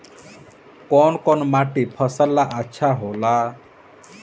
कौन कौनमाटी फसल ला अच्छा होला?